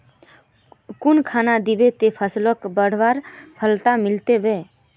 कुन खाद दिबो ते फसलोक बढ़वार सफलता मिलबे बे?